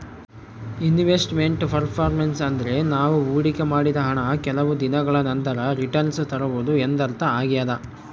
invest made performance ಅಂದ್ರೆ ನಾವು ಹೊಡಿಕೆ ಮಾಡಿದ ಹಣ ಕೆಲವು ದಿನಗಳ ನಂತರ ರಿಟನ್ಸ್ ತರುವುದು ಎಂದರ್ಥ ಆಗ್ಯಾದ